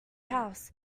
house